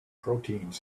proteins